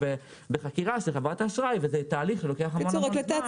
בחקירה של חברת האשראי וזה תהליך שלוקח המון זמן.